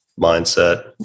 mindset